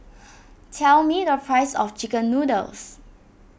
tell me the price of Chicken Noodles